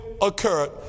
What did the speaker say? occurred